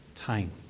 time